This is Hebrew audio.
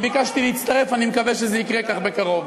ביקשתי להצטרף, אני מקווה שזה יקרה בקרוב.